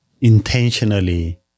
intentionally